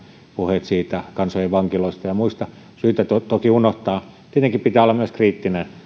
puheet kansojen vankiloista ja muista on syytä toki unohtaa tietenkin pitää olla myös kriittinen